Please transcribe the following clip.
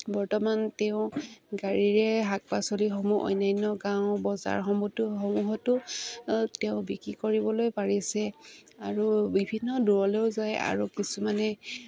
বৰ্তমান তেওঁ গাড়ীৰে শাক পাচলিসমূহ অন্যান্য গাঁও বজাৰসমূহতো সমূহতো তেওঁ বিক্ৰী কৰিবলৈ পাৰিছে আৰু বিভিন্ন দূৰলৈও যায় আৰু কিছুমানে